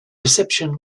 reception